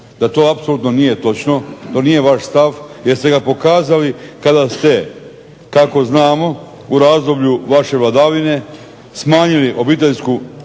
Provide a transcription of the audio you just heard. da to apsolutno nije točno. To nije vaš stav, jer ste ga pokazali kada ste kako znamo u razdoblju vaše vladavine smanjili obiteljsku